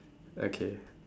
okay